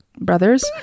brothers